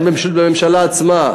אז זו בעיה במשילות בממשלה עצמה.